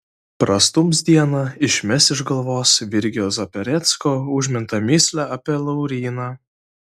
prastums dieną išmes iš galvos virgio zaperecko užmintą mįslę apie lauryną